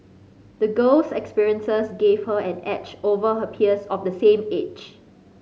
the girl's experiences gave her an edge over her peers of the same age